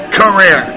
career